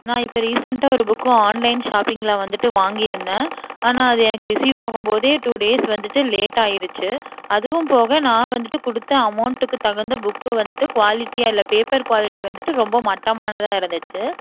நான் இப்போ ரீசன்ட்டாக ஒரு புக்கு ஆன்லைன் ஷாப்பிங்கில் வந்துவிட்டு வாங்கியிருந்தேன் ஆனால் அது எனக்கு ரிசீவ் ஆகும்போதே டூ டேஸ் வந்துவிட்டு லேட்டாகிருச்சு அதுவும் போக நான் வந்துவிட்டு கொடுத்த அமௌன்ட்டுக்கு தகுந்த புக்கு வந்துவிட்டு குவாலிட்டியாக இல்லை பேப்பர் குவாலிட்டி வந்துவிட்டு ரொம்ப மட்டமானதாக இருந்துச்சு